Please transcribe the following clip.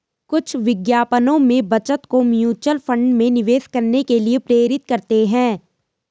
कुछ विज्ञापनों में बचत को म्यूचुअल फंड में निवेश करने के लिए प्रेरित करते हैं